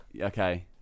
Okay